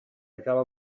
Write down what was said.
acaba